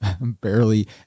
barely